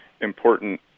important